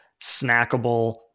snackable